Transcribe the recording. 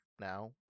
now